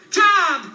job